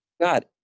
God